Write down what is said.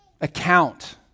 account